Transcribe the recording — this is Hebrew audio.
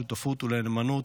לשותפות ולנאמנות